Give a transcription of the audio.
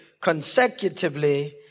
consecutively